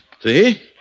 see